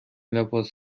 لباس